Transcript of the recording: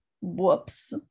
whoops